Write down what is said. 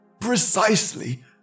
Precisely